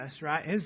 right